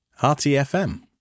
rtfm